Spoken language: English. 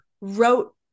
wrote